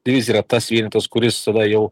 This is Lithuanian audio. divizija yra tas vienetas kuris tada jau